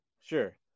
Sure